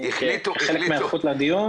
כחלק מההיערכות לדיון